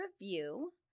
review